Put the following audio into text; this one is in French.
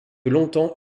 longtemps